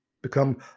Become